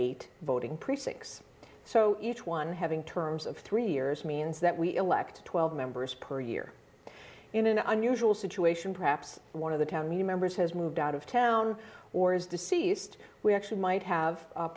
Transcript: eight voting precincts so each one having terms of three years means that we elect twelve members per year in an unusual situation perhaps one of the county members has moved out of town or is deceased we actually might have